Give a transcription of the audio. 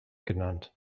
genannt